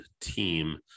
team